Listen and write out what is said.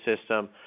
system